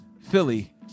Philly